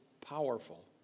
powerful